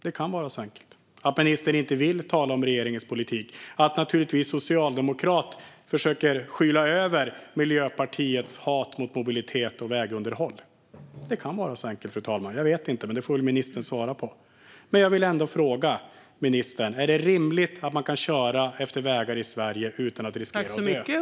Det kan vara så enkelt att ministern inte vill tala om regeringens politik, att han som socialdemokrat försöker skyla över Miljöpartiets hat mot mobilitet och vägunderhåll. Det kan vara så enkelt, fru talman. Jag vet inte. Det får väl ministern svara på. Jag vill ändå fråga ministern: Är det rimligt att man inte kan köra efter vägar i Sverige utan att riskera att dö?